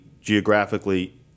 geographically